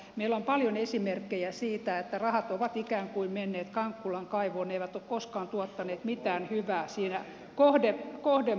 meillä on paljon esimerkkejä siitä että rahat ovat ikään kuin menneet kankkulan kaivoon eivät ole koskaan tuottaneet mitään hyvää siinä kohdemaassa